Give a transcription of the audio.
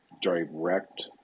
Direct